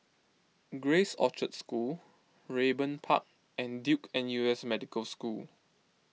Grace Orchard School Raeburn Park and Duke N U S Medical School